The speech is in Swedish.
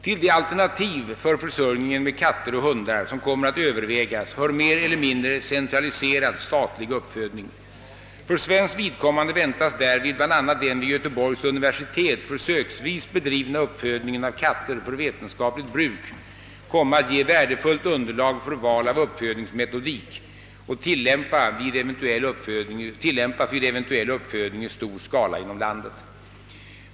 Till de alternativ för försörjningen med katter och hundar som kommer att övervägas hör mer eller mindre centraliserad statlig uppfödning. För svenskt vidkommande väntas därvid bl.a. den vid Göteborgs universitet försöksvis bedrivna uppfödningen av katter för ve tenskapligt bruk komma att ge värdefullt underlag för val av uppfödningsmetodik att tillämpas vid eventuell uppfödning i stor skala inom landet.